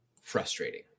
frustrating